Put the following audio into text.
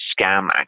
scam